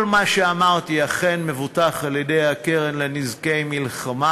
כל מה שאמרתי אכן מבוטח על-ידי הקרן לנזקי מלחמה.